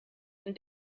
and